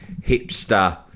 hipster